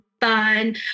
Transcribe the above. fun